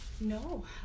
no